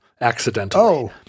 accidentally